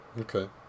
Okay